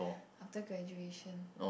after graduation